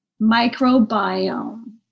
microbiome